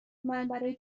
برای